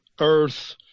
Earth